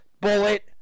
Bullet